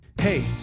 Hey